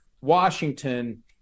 Washington